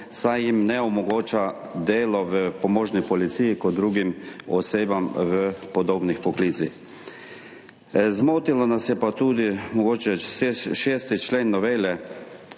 saj jim ne omogoča dela v pomožni policiji kot drugim osebam v podobnih poklicih. Zmotil nas je pa tudi 6. člen novele,